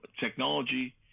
technology